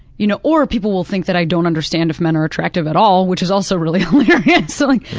you know or people will think that i don't understand if men are attractive at all, which is also really yeah yeah so like